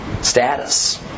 status